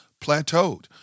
plateaued